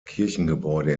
kirchengebäude